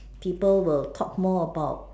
people will talk more about